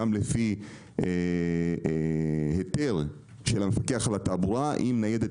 גם לפי היתר של המפקח על התעבורה עם ניידת